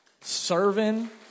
serving